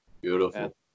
Beautiful